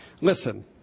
Listen